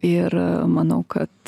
ir manau kad